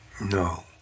no